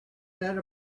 that